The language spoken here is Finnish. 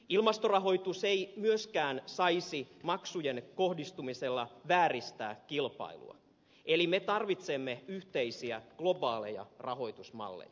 ilmastorahoitus ei myöskään saisi maksujen kohdistumisella vääristää kilpailua eli me tarvitsemme yhteisiä globaaleja rahoitusmalleja